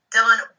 Dylan